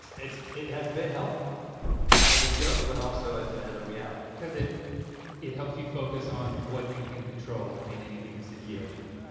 it has been helpful as a joke, but also as ah as a reality. cause it it helps you focus on what you can control in any given situation. and